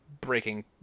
breaking